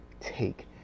take